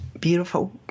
Beautiful